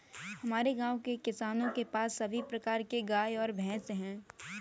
हमारे गाँव के किसानों के पास काफी गायें और भैंस है